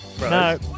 No